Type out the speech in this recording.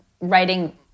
writing